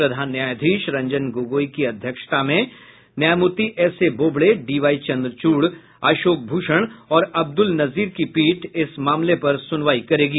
प्रधान न्यायाधीश रंजन गोगोई की अध्यक्षता में न्यायमूर्ति S A Bobde D Y Chandrachud Ashok Bhushan और अब्दुल नजीर की पीठ इस मामले पर सुनवाई करेगी